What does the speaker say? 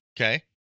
Okay